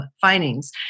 findings